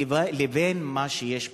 לבין מה שיש בשטח.